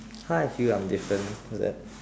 how I feel I'm different from that